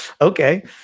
Okay